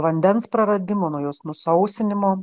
vandens praradimo nuo jos nusausinimo